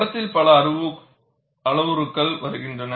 படத்தில் பல அளவுருக்கள் வருகின்றன